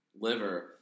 liver